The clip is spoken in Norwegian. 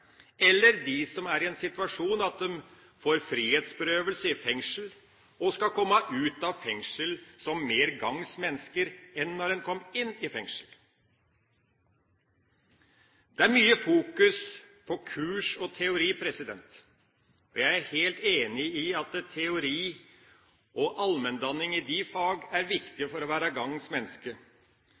eller de som er i en situasjon med frihetsberøvelse i fengsel og siden skal ut av fengselet som mer gagns mennesker enn da de kom inn i fengslet. Det er mye fokus på kurs og teori, og jeg er helt enig i at teori og allmenndanning i fagene er viktig for å være